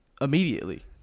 immediately